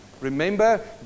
Remember